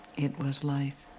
it was life.